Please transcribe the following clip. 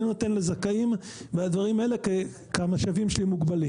אני נותן לזכאים כי המשאבים שלי מוגבלים.